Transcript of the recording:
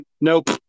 nope